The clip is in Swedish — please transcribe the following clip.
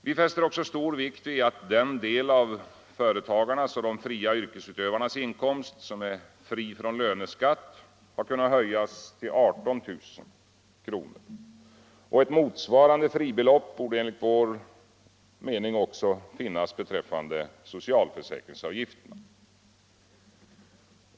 Vi fäster också stor vikt vid att den del av företagarnas och de fria yrkesutövarnas inkomst som är fri från löneskatt har kunnat höjas till 18 000 kr. Ett motsvarande fribelopp borde enligt vår mening finnas beträffande socialförsäkringsavgifterna.